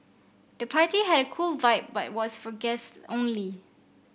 the party had a cool vibe but was for guests only